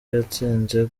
yatsinze